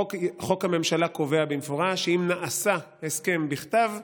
חוק הממשלה קובע במפורש שאם נעשה הסכם בכתב,